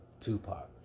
Tupac